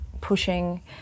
pushing